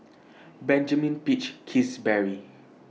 Benjamin Peach Keasberry